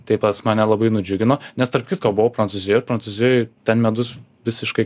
tai pas mane labai nudžiugino nes tarp kitko buvau prancūzijoj ir prancūzijoj ten medus visiškai